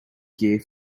gear